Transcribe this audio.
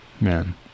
Man